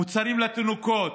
מוצרים לתינוקות.